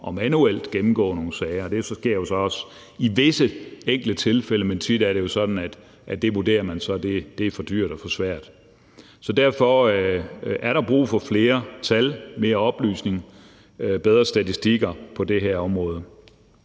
til manuelt at gennemgå nogle sager. Det sker så også i visse enkelte tilfælde, men tit er det jo sådan, at man vurderer, at det er for dyrt og for svært. Derfor er der brug for flere tal, mere oplysning og bedre statistikker på det her område.